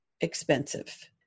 expensive